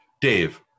Dave